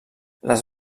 les